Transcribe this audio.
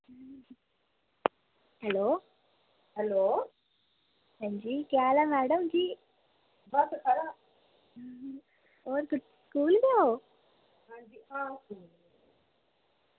hello hello अंजी केह् हाल ऐ मैड़म जी होर स्कूल ओ